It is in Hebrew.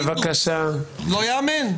לא ייאמן.